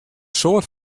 soad